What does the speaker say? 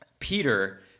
Peter